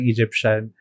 Egyptian